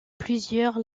plusieurs